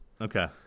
Okay